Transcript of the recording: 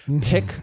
pick